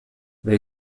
they